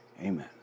amen